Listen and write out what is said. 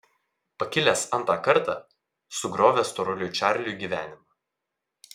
pakilęs antrą kartą sugriovė storuliui čarliui gyvenimą